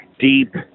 deep